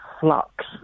flux